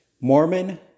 Mormon